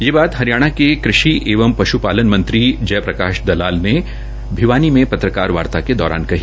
यह बात हरियाणा के कृषि एवं पश्पालन मंत्री जयप्रकाश दलाल ने भिवानी में पत्रकार वार्ता के दौरान कही